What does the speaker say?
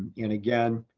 and again